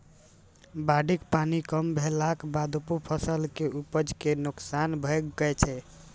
बाढ़िक पानि कम भेलाक बादो फसल के उपज कें नोकसान भए सकै छै